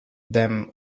them